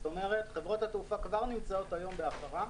זאת אומרת, חברות התעופה כבר נמצאות ביום שאחריו,